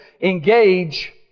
engage